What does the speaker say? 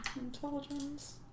Intelligence